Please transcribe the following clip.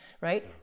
right